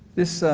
this